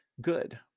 Good